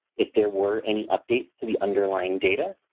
if there were any updates to the underlying data,